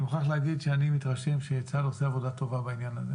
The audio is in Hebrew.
אני מוכרח לומר שאני מתרשם שצה"ל עושה עבודה טובה בעניין הזה